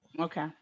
Okay